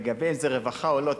לגבי אם זה רווחה או לא,